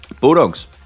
Bulldogs